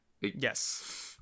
Yes